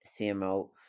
CMO